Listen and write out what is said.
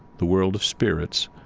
the world of spirits,